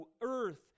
earth